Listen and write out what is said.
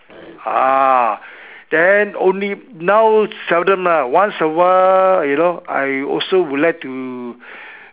ah then only now seldom lah once a while you know I also would like to